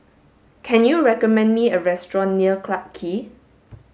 can you recommend me a restaurant near Clarke Quay